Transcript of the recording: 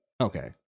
Okay